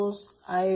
अंदाजे हे 1273